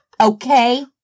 okay